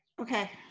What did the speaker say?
Okay